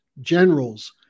generals